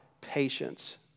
patience